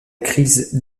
crise